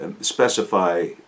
specify